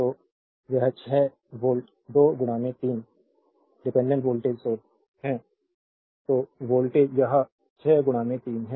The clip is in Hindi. तो यह 6 वोल्ट 2 3 डिपेंडेंट वोल्टेज सोर्स है 6 वोल्ट यह 6 3 है